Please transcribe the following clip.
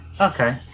Okay